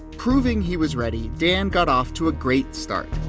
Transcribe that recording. proving he was ready, dan got off to a great start.